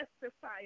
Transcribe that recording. testify